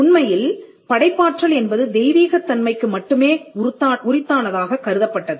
உண்மையில் படைப்பாற்றல் என்பது தெய்வீகத் தன்மைக்கு மட்டுமே உரித்தானதாகக் கருதப்பட்டது